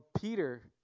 peter